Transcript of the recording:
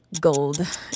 gold